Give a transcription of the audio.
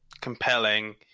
compelling